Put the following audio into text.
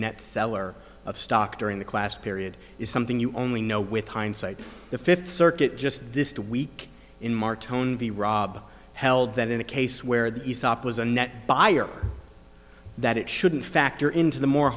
net seller of stock during the class period is something you only know with hindsight the fifth circuit just this week in martone rob held that in a case where the aesop was a net buyer that it shouldn't factor into the more